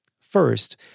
First